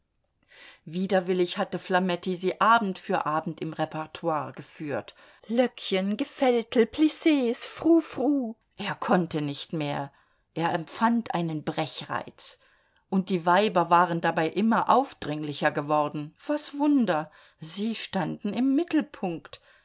widerwillig hatte flametti sie abend für abend im repertoire geführt löckchen gefältel plisses frou frou er konnte nicht mehr er empfand einen brechreiz und die weiber waren dabei immer aufdringlicher geworden was wunder sie standen im mittelpunkt